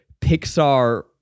Pixar